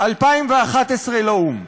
2011 לאו"ם.